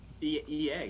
EA